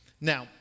now